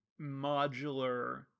modular